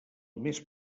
més